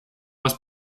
was